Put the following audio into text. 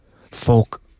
folk